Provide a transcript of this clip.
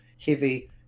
heavy